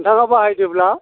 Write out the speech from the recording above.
नोंथाङा बाहायदोंब्ला